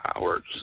hours